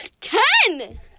ten